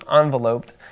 enveloped